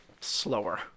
slower